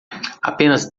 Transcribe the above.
apenas